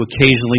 occasionally